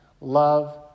love